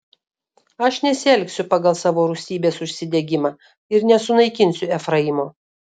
aš nesielgsiu pagal savo rūstybės užsidegimą ir nesunaikinsiu efraimo